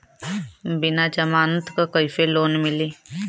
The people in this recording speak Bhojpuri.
बिना जमानत क कइसे लोन मिली?